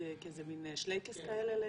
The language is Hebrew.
כמין שלייקס כאלה?